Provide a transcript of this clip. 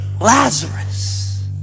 Lazarus